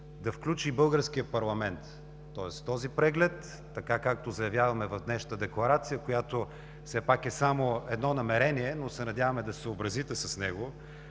да включи и българския парламент, тоест този преглед, както заявяваме в днешната декларация, която все пак е само едно намерение, но се надяваме да се съобразите с него,